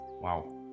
wow